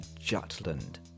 Jutland